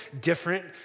different